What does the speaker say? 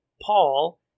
Paul